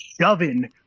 shoving